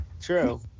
True